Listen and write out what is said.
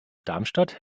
darmstadt